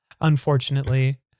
Unfortunately